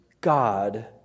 God